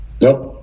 Nope